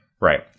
Right